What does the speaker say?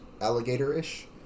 alligator-ish